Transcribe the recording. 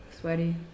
sweaty